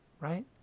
Right